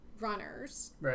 runners